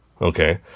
Okay